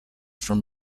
from